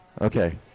Okay